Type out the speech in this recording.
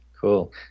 Cool